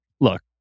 Look